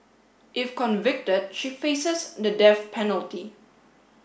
if convicted she faces the death penalty